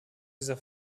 dieser